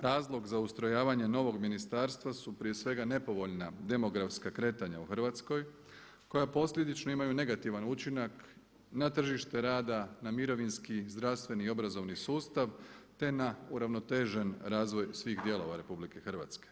Razlog za ustrojavanje novog ministarstva su prije svega nepovoljna demografska kretanja u Hrvatskoj koja posljedično imaju negativan učinak na tržište rada, na mirovinski, zdravstveni i obrazovni sustav te na uravnotežen razvoj svih dijelova Republike Hrvatske.